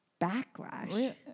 Backlash